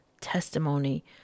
testimony